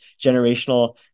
generational